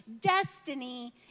destiny